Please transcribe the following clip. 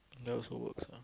that also works ah